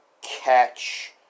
catch